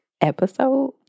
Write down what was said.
episode